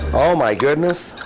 oh my goodness.